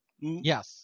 Yes